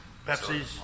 Pepsi's